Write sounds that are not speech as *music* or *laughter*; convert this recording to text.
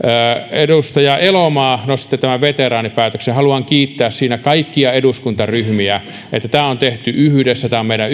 edustaja elomaa nostitte esille veteraanipäätöksen haluan kiittää siitä kaikkia eduskuntaryhmiä tämä on tehty yhdessä tämä on meidän *unintelligible*